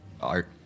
art